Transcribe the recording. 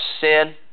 sin